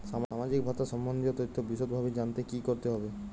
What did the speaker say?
সামাজিক ভাতা সম্বন্ধীয় তথ্য বিষদভাবে জানতে কী করতে হবে?